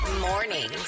Morning